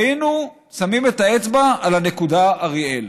היינו שמים את האצבע על הנקודה אריאל.